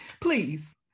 please